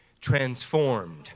transformed